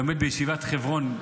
שלומד בישיבת חברון,